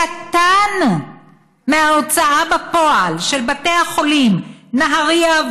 קטן מההוצאה בפועל של בתי החולים נהריה,